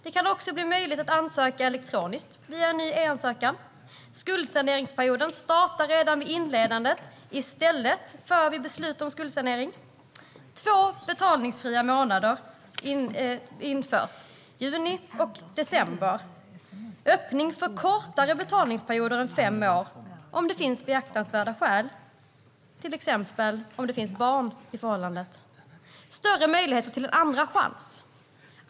Det blir också möjligt att ansöka elektroniskt via en ny e-ansökan. Skuldsaneringsperioden startar redan vid inledandet i stället för vid beslut om skuldsanering, och två betalningsfria månader införs, juni och december. Det öppnas för kortare betalningstid än fem år om det finns beaktansvärda skäl, till exempel om det finns barn i hushållet. Det ges större möjlighet till en andra chans.